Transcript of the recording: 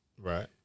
Right